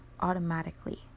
automatically